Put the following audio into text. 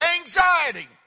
anxiety